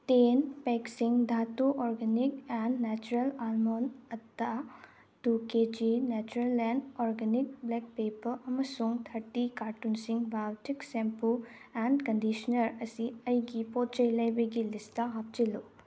ten ꯄꯦꯛꯁꯤꯡ ꯙꯥꯇꯨ organic and natural almond atta two K G ꯅꯦꯆꯔꯦꯜꯂꯦꯟ ꯑꯣꯔꯒꯅꯤꯛ ꯕ꯭ꯂꯦꯛ ꯄꯦꯞꯄ꯭ꯔ ꯑꯃꯁꯨꯡ ꯊꯥꯔꯇꯤ ꯀꯥꯔꯇꯨꯟꯁꯤꯡ ꯕꯥꯏꯌꯣꯇꯤꯛ ꯁꯦꯝꯄꯨ ꯑꯦꯟ ꯀꯟꯗꯤꯁꯅ꯭ꯔ ꯑꯁꯤ ꯑꯩꯒꯤ ꯄꯣꯠ ꯆꯩ ꯂꯩꯕꯒꯤ ꯂꯤꯁꯇ ꯍꯥꯞꯆꯤꯜꯂꯨ